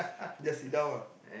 just sit down ah